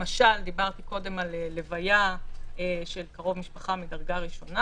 למשל דיברתי קודם על הלוויה של קרוב משפחה מדרגה ראשונה.